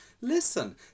Listen